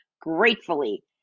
Gratefully